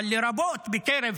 אבל בעיקר בקרב